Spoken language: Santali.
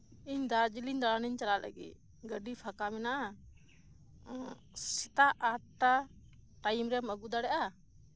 ᱤᱧ ᱫᱟᱨᱡᱤᱞᱤᱧ ᱫᱟᱲᱟᱱᱤᱧ ᱪᱟᱞᱟᱜ ᱞᱟᱹᱜᱤᱫ ᱜᱟᱹᱰᱤ ᱯᱷᱟᱠᱟ ᱢᱮᱱᱟᱜᱼᱟ ᱥᱮᱛᱟᱜ ᱟᱴ ᱴᱟ ᱴᱟᱭᱤᱢ ᱨᱮᱢ ᱟᱹᱜᱩᱫᱟᱲᱮᱭᱟᱜᱼᱟ